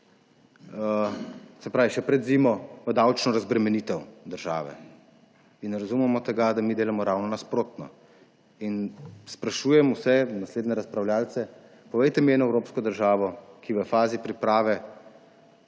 evrov še pred zimo v davčno razbremenitev države. Ne razumemo tega, da mi delamo ravno nasprotno. Sprašujem vse naslednje razpravljavce, povejte mi eno evropsko državo, ki v fazi priprave